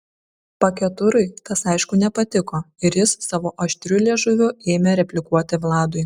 paketurui tas aišku nepatiko ir jis savo aštriu liežuviu ėmė replikuoti vladui